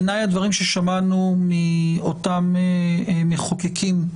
הדברים ששמענו מאותם מחוקקים,